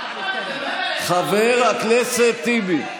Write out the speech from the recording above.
חבר הכנסת טיבי,